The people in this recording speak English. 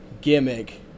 gimmick